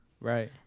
Right